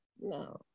No